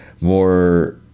more